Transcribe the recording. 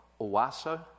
Owasso